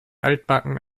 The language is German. altbacken